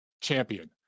champion